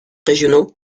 régionaux